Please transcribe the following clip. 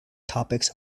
topics